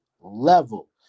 level